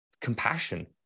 compassion